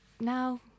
now